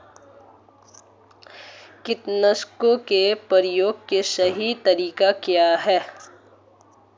कीटनाशकों के प्रयोग का सही तरीका क्या है?